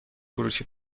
فروشی